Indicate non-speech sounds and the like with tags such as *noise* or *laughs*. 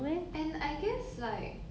*laughs*